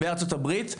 בארצות הברית,